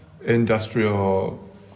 industrial